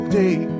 day